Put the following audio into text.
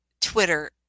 Twitter